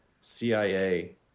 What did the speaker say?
CIA